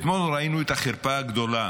אתמול ראינו את החרפה הגדולה